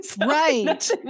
Right